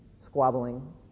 squabbling